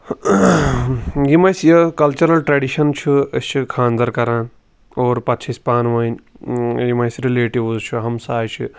یِم اَسہِ یہِ کَلچرَل ٹریٚڈِشَن چھِ أسۍ چھِ خانٛدَر کَران اور پَتہٕ چھِ أسۍ پانہٕ ؤنۍ یِم اَسہِ رِلیٹِوٕز چھِ ہَمساے چھِ